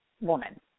woman